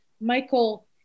Michael